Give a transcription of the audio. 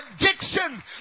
addiction